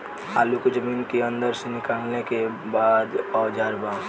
आलू को जमीन के अंदर से निकाले के का औजार बा?